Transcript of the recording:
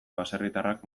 baserritarrak